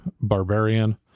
barbarian